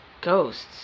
ghosts